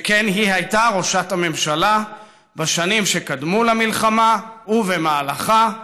שכן היא הייתה ראשת הממשלה בשנים שקדמו למלחמה ובמהלכה,